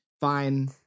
Fine